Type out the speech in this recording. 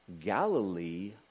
Galilee